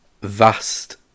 vast